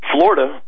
Florida